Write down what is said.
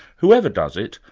whoever does it,